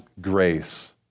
grace